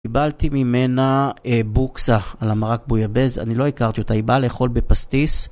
קיבלתי ממנה בוקסה על המרק בויבז, אני לא הכרתי אותה, היא באה לאכול בפסטיס.